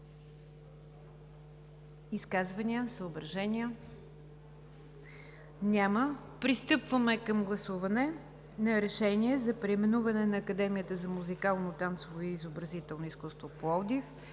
изказвания, съображения? Няма. Пристъпваме към гласуване на решението за преименуване на Академията за музикално, танцово и изобразително изкуство – Пловдив,